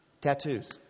Tattoos